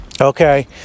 Okay